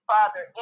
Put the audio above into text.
Father